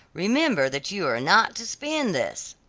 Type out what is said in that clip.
remember that you are not to spend this.